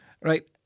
right